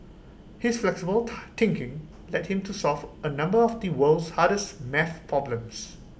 his flexible tie thinking led him to solve A number of the world's hardest math problems